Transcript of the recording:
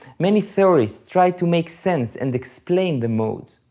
many theorists tried to make sense and explain the modes.